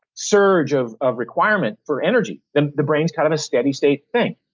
surge of of requirements for energy the the brain's kind of a steady state thing,